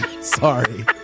Sorry